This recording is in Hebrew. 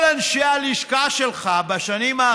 כל אנשי הלשכה שלך בשנים האחרונות,